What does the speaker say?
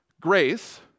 Grace